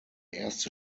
erste